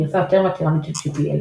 גרסה יותר מתירנית של GPL,